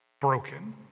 broken